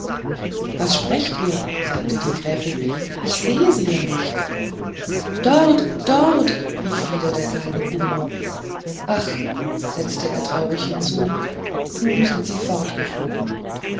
was sprecht ihr sagte die gräfin ich sehe sie ja nicht dort dort rief wieder der kleine kuno ach setzte er traurig hinzu nun sind sie